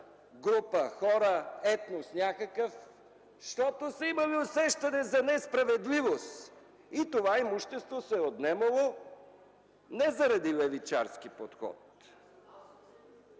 група хора, някакъв етнос, защото са имали усещане за несправедливост и това имущество се е отнемало не заради левичарски подход.